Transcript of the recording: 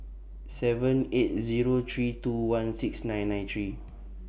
seven eight Zero three two one six nine nine three